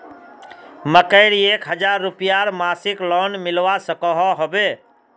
मकईर एक हजार रूपयार मासिक लोन मिलवा सकोहो होबे?